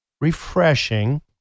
refreshing